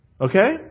Okay